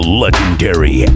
legendary